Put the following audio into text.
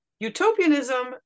Utopianism